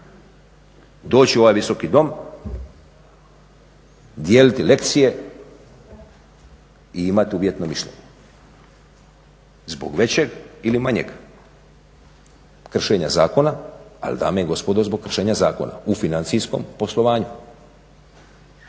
doći u ovaj Visoki dom, dijeliti lekcije i imati uvjetno mišljenje zbog većeg ili manjeg kršenja zakona. Ali dame i gospodo zbog kršenja zakona u financijskom poslovanju.